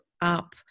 up